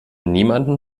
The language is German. niemandem